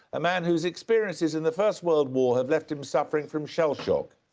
a man whose experiences in the first world war have left him suffering from shellshock?